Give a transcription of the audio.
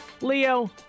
Leo